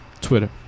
Twitter